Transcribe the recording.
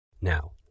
Now